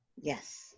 yes